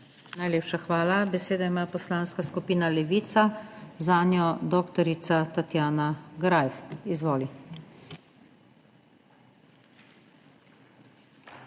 Najlepša hvala. Besedo ima Poslanska skupina Levica, zanjo dr. Tatjana Greif. Izvoli.